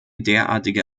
derartige